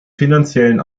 finanziellen